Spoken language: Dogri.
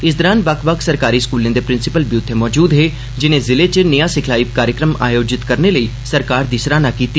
इस दौरान बक्ख बक्ख सरकारी स्कूलें दे प्रिसिंपल बी उत्थे मौजूद हे जिनें जिले च नेहा सिखलाई कार्यक्रम आयोजित करने लेई सरकार दी सराहना कीती